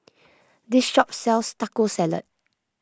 this shop sells Taco Salad